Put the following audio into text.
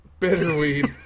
Bitterweed